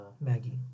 Maggie